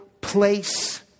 Place